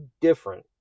different